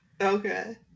Okay